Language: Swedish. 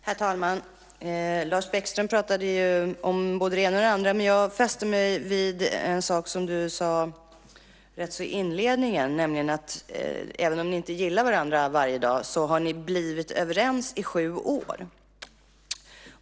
Herr talman! Lars Bäckström pratade om både det ena och andra, men jag fäste mig vid en sak som du sade i inledningen, nämligen att även om ni inte gillar varandra varje dag har ni varit överens i sju år.